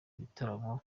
ibitaramo